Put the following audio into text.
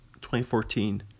2014